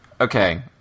Okay